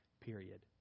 period